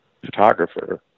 photographer